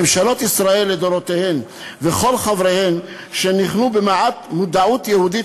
ממשלות ישראל לדורותיהן וכל חבריהן שניחנו במעט מודעות יהודית